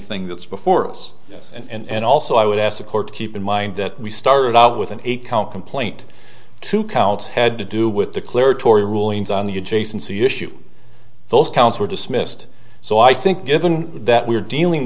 thing that's before us and also i would ask the court to keep in mind that we started out with an eight count complaint two counts had to do with declaratory rulings on the adjacency issue those counts were dismissed so i think given that we're dealing